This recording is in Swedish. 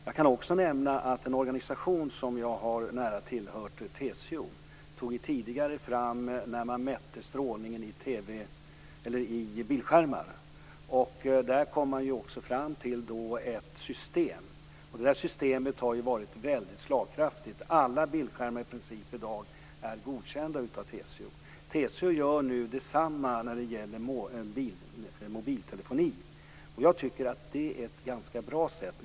Jag kan också nämna att en organisation som jag nära tillhört, TCO, tog fram tidigare när man mätte strålning i bildskärmar ett system som varit väldigt slagkraftigt. Alla bildskärmar i dag är i princip godkända av TCO. TCO gör nu detsamma när det gäller mobiltelefoner. Jag tycker att det är ett ganska bra sätt.